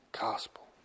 gospel